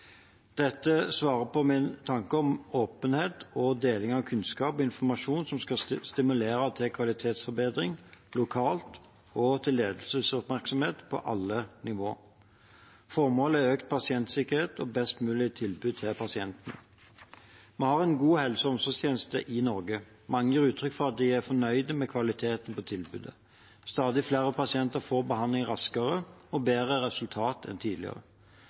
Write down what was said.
Dette svarer på min tanke om åpenhet og deling av kunnskap og informasjon, som skal stimulere til kvalitetsforbedring lokalt og til ledelsesoppmerksomhet på alle nivå. Formålet er økt pasientsikkerhet og best mulig tilbud til pasienten. Vi har en god helse- og omsorgstjeneste i Norge. Mange gir uttrykk for at de er fornøyd med kvaliteten på tilbudet. Stadig flere pasienter får behandling raskere og bedre resultat enn tidligere.